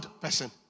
person